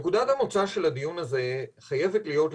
נקודת המוצא של הדיון הזה חייבת להיות,